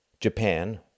Japan